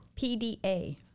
pda